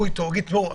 לא.